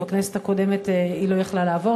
ובכנסת הקודמת היא לא יכלה לעבור.